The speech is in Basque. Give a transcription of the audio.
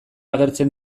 agertzen